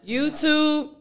YouTube